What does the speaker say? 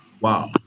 Wow